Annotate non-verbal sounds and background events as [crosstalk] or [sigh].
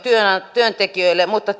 työntekijöille mutta [unintelligible]